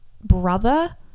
brother